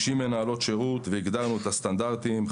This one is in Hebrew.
יש 50 מנהלות שירות והגדרנו את הסטנדרטים.